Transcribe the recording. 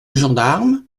gendarme